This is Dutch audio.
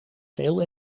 veel